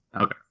okay